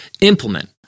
implement